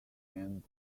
and